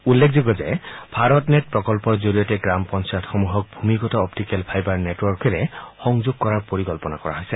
উল্লেখযোগ্য যে ভাৰতনেট প্ৰকল্পৰ জৰিয়তে গ্ৰাম পঞ্চায়তসমূহক ভূমিগত অপ্তিকেল ফাইবাৰ নেটৱৰ্কেৰে সংযোগ কৰাৰ পৰিকল্পনা কৰা হৈছে